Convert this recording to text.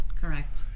Correct